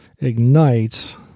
ignites